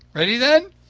ready then!